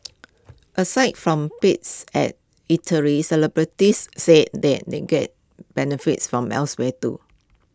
aside from perks at eateries celebrities say that they get benefits from elsewhere too